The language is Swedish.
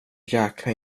jäkla